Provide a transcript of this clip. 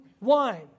wine